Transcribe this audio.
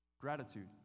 Gratitude